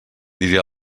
diré